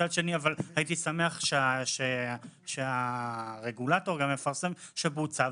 מצד שני הייתי שמח שהרגולטור גם יפרסם שהתיקון בוצע.